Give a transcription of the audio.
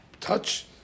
Touch